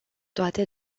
toate